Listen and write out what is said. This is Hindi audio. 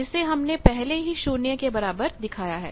जिसे हमने पहले ही शून्य के बराबर दिखाया है